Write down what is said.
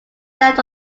left